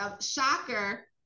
shocker